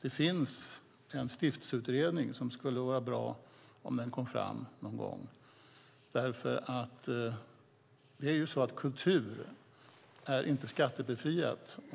Det finns en stiftelseutredning, och det skulle vara bra om den lades fram någon gång. Kultur är inte skattebefriat.